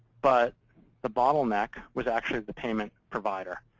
but the bottleneck was actually the payment provider.